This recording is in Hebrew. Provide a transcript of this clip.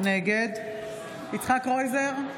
נגד יצחק קרויזר,